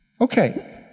Okay